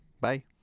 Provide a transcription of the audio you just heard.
Bye